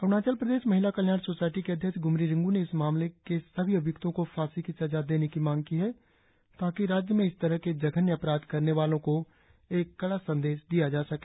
अरुणाचल प्रदेश महिला कल्याण सोसायटी की अध्यक्ष ग़मरी रिंगू ने इस मामले के सभी अभियुक्तों को फांसी की सजा देने की मांग की ताकि राज्य में इस तरह के जघन्य अपराध करने वालों को एक कड़ा संदेश दिया जा सके